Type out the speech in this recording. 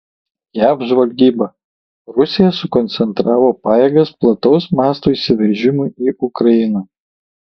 jav žvalgyba rusija sukoncentravo pajėgas plataus mąsto įsiveržimui į ukrainą